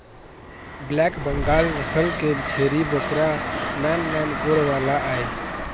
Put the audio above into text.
black Bengal नसल के छेरी बोकरा नान नान गोड़ वाला आय